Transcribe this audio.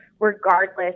regardless